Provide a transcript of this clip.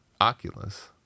Oculus